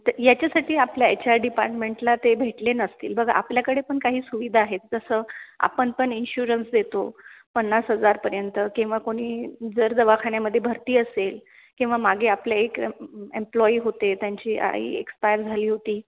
तर याच्यासाठी आपल्या एच आर डिपार्टमेंटला ते भेटले नसतील बघा आपल्याकडे पण काही सुविधा आहेत तसं आपण पण इन्शुरन्स देतो पन्नास हजारपर्यंत किंवा कोणी जर दवाखान्यामध्ये भरती असेल किंवा मागे आपले एक एम्प्लॉयी होते त्यांची आई एक्सपायर झाली होती